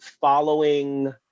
following